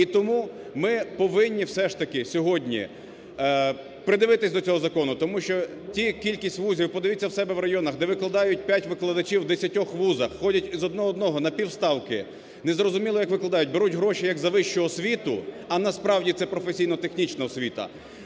повинні ми повинні все ж таки сьогодні придивитись до цього закону. Тому що та кількість вузів, подивіться у себе в районах, де викладають п'ять викладачів в десятьох вузах, ходять з одного до одного на півставки, незрозуміло, як викладають, беруть гроші, як за вищу освіту, а насправді це професійно-технічна освіта,